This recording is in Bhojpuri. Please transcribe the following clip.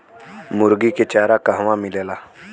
मुर्गी के चारा कहवा मिलेला?